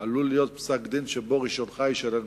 עלול להיות פסק-דין שבו רשיונך יישלל ממך.